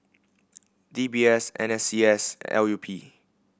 D B S N S C S L U P